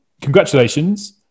Congratulations